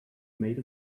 made